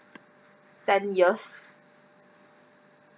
ten years